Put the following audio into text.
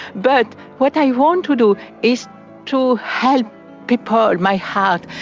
but what i want to do is to help people, my heart,